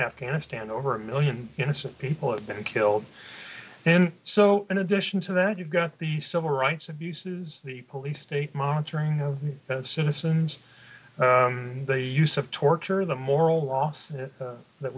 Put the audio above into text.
afghanistan over a million innocent people have been killed and so in addition to that you've got the civil rights abuses the police state monitoring of citizens they use of torture the moral loss that